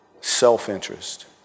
self-interest